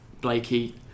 Blakey